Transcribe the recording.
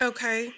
Okay